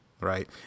Right